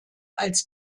als